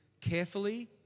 carefully